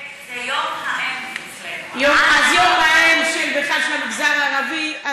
זה יום האם אצלנו, יום האם במגזר הערבי.